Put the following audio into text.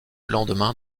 lendemain